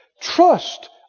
Trust